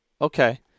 Okay